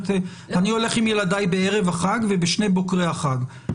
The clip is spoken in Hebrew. אני הולך עם ילדיי בערב החג ובשני בוקרי החג,